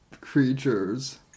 creatures